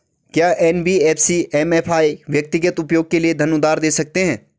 क्या NBFC MFI व्यक्तिगत उपयोग के लिए धन उधार दें सकते हैं?